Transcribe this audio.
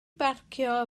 barcio